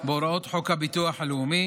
בהוראות חוק הביטוח הלאומי